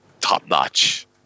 top-notch